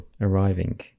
arriving